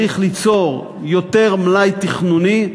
וצריך ליצור יותר מלאי תכנוני.